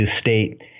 state